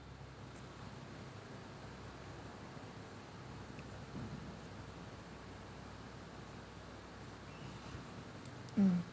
mm